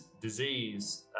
disease